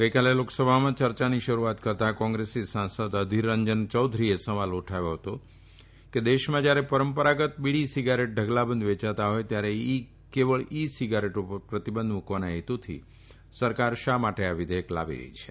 ગઇકાલે લોકસભામાં ચર્ચાની શરૂઆત કરતાં કોંગ્રેસી સાંસદ અધિરરંજન યૌધરીએ સવાલ ઉઠાવ્યો હતો કે દેશમાં જ્યારે પરંપરાગત બીડી સીગારેટ ઢગલાબંધ વેયાતી હોય ત્યારે કેવળ ઇ સીગારેટ પર પ્રતિબંધ મૂકવાના હેતુથી સરકાર શા માટે આ વિઘેયક લાવી છે